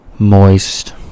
moist